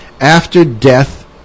After-Death